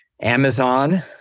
Amazon